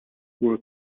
were